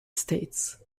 states